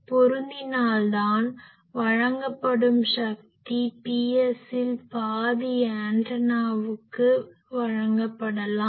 பொருந்தினால்தான் வழங்கப்படும் சக்தி Psஇல் பாதி ஆண்டனாவுக்கு வழங்கப்படலாம்